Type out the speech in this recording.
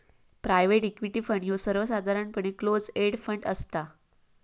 private equity fund ह्यो सर्वसाधारणपणे close end fund असता